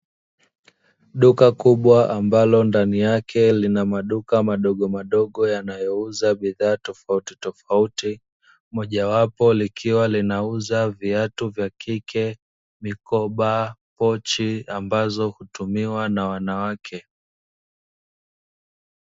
Duka kubwa ambalo ndani yake linamaduka madogo madogo yanayouza bidhaa tofautitofauti; mojwapo likiwa linauza viatu vya kike, mikoba, pochi ambazo hutumiwa na wanawake.